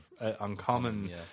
Uncommon